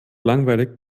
langweilig